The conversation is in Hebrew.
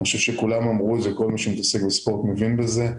אני חושב שכל מי שמתעסק בספורט, מבין בזה.